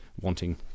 wanting